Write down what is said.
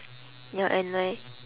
ya and like